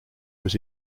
was